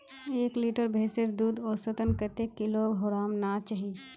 एक लीटर भैंसेर दूध औसतन कतेक किलोग्होराम ना चही?